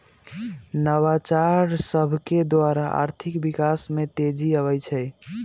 नवाचार सभकेद्वारा आर्थिक विकास में तेजी आबइ छै